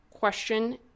Question